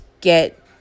get